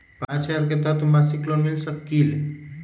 पाँच हजार के तहत मासिक लोन मिल सकील?